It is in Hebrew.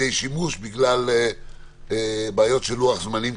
זה ישפיע על בריאותם הנפשית,